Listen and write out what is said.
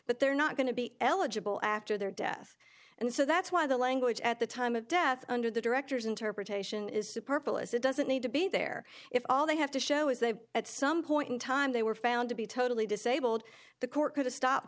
but they're not going to be eligible after their death and so that's why the language at the time of death under the director's interpretation is purple is it doesn't need to be there if all they have to show is that at some point in time they were found to be totally disabled the court could have stopped